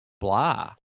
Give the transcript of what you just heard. blah